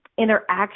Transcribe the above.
interaction